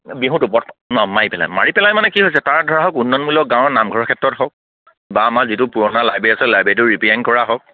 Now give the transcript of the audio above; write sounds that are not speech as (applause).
বিহুটো (unintelligible) ন মাৰি পেলাই মাৰি পেলাই মানে কি হৈছে তাৰ ধৰা হওক উন্নয়নমূলক গাঁৱৰ নামঘৰৰ ক্ষেত্ৰত হওক বা আমাৰ যিটো পুৰণা লাইব্ৰেৰী আছে লাইব্ৰেৰীটো ৰিপেয়াৰিং কৰা হওক